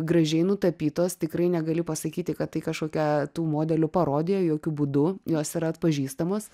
gražiai nutapytos tikrai negali pasakyti kad tai kažkokia tų modelių parodija jokiu būdu jos yra atpažįstamos